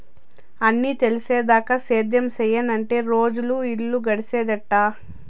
అన్నీ తెలిసేదాకా సేద్యం సెయ్యనంటే రోజులు, ఇల్లు నడిసేదెట్టా